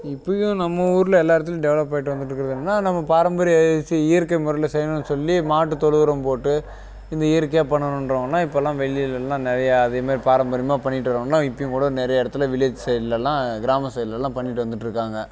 இப்போவே நம்ம ஊரில் எல்லா இடத்துலயும் டெவலப் ஆயிட்டு வந்துவிட்டு இருக்குதுங்க நம்ம பாரம்பரிய இயற்கை முறையில சொல்லி மாட்டு தொழு உரம் போட்டு இந்த இயற்கையாக பண்ணனுன்றவங்களாம் இப்போலாம் வெளியிலலாம் நிறைய அதே மாதிரி பாரம்பரியமாக பண்ணிவிட்டு வரோம்னா இப்போயும் கூட நிறைய இடத்துல வில்லேஜ் சைடுலலாம் கிராம சைடுலலாம் பண்ணிவிட்டு வந்துவிட்டு இருக்காங்க